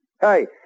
Hey